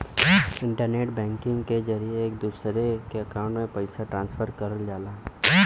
internet banking के जरिये एक से दूसरे अकांउट में पइसा ट्रांसफर करल जाला